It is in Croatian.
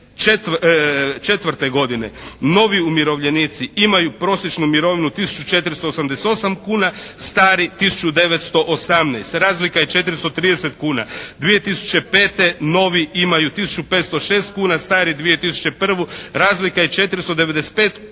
2004. godine novi umirovljenici imaju prosječnu mirovinu tisuću 488 kuna, stari tisuću 918. Razlika je 430 kuna. 2005. novi imaju tisuću 506 kuna, stari 2 tisuću prvu. Razlika je 495 kuna.